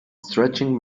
stretching